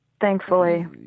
thankfully